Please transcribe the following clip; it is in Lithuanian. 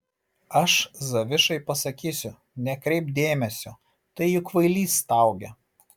aš zavišai pasakysiu nekreipk dėmesio tai juk kvailys staugia